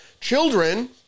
children